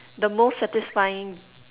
the most satisfying